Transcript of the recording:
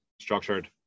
structured